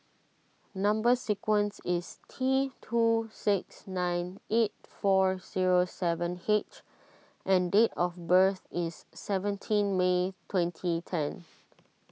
Number Sequence is T two six nine eight four zero seven H and date of birth is seventeen May twenty ten